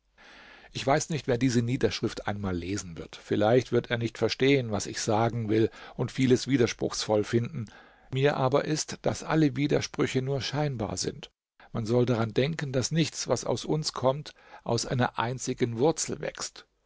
ich weiß nicht wer diese niederschrift einmal lesen wird vielleicht wird er nicht verstehen was ich sagen will und vieles widerspruchsvoll finden mir aber ist daß alle widersprüche nur scheinbar sind man soll daran denken daß nichts was aus uns kommt aus einer einzigen wurzel wächst